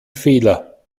fehler